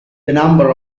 number